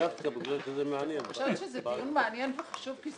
זה דיון מעניין וחשוב.